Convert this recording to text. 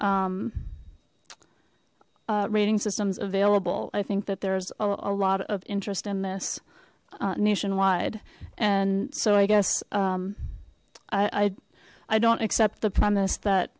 rating systems available i think that there's a lot of interest in this nationwide and so i guess i i don't accept the premise that